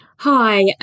Hi